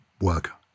work